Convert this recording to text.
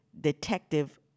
detective